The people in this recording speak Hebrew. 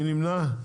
מי נמנע?